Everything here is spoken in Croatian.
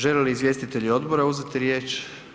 Žele li izvjestitelji odbora uzeti riječ?